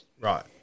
Right